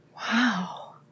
Wow